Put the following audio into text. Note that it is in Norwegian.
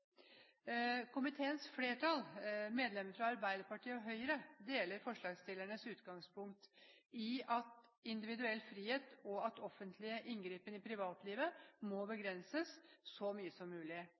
Komiteens flertall, medlemmene fra Arbeiderpartiet og Høyre, deler forslagsstillernes utgangspunkt i at individuell frihet og offentlig inngripen i privatlivet må